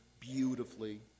beautifully